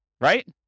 Right